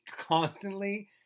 constantly